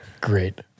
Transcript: great